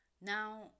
Now